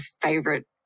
favorite